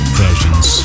versions